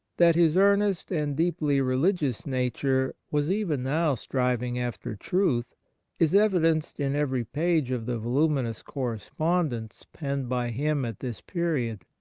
that his earnest and deeply religious nature was even now striving after truth is evidenced in every page of the voluminous correspondence penned by him at this period.